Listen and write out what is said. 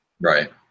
Right